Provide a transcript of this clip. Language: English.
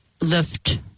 lift